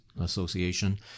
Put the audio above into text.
Association